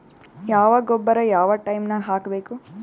ಯಾವ ಗೊಬ್ಬರ ಯಾವ ಟೈಮ್ ನಾಗ ಹಾಕಬೇಕು?